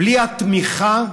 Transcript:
בלי התמיכה,